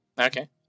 Okay